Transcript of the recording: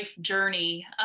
journey